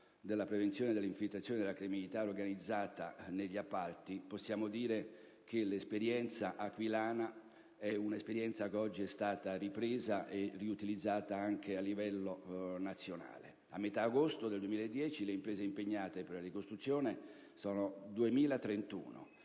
della prevenzione delle infiltrazioni della criminalità organizzata negli appalti possiamo dire che quella aquilana è un'esperienza che oggi è stata ripresa e riutilizzata anche a livello nazionale. A metà agosto 2010 le imprese impegnate per la ricostruzione erano 2.031;